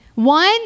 One